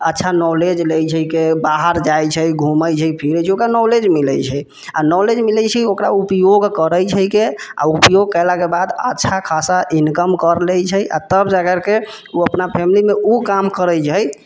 अच्छा नॉलेज लै छैके बाहर जाइ छै घुमै छै फिरै छै ओकरा नॉलेज मिलै छै आओर नॉलेज मिलै छै ओकरा उपयोग करै छैके आओर उपयोग कयलाके बाद अच्छा खासा इनकम कर लै छै आओर तब जाकरके उ अपना फैमिलीमे उ काम करै छै